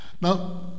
Now